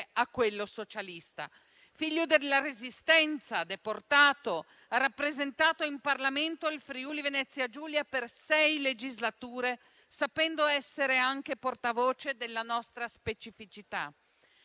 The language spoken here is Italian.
a quello socialista. Figlio della resistenza, deportato, ha rappresentato in Parlamento il Friuli-Venezia Giulia per sei legislature, sapendo essere anche portavoce della nostra specificità.